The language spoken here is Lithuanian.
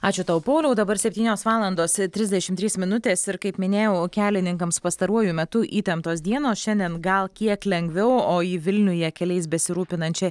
ačiū tau pauliau dabar septynios valandos trisdešim trys minutės ir kaip minėjau kelininkams pastaruoju metu įtemptos dienos šiandien gal kiek lengviau o į vilniuje keliais besirūpinančią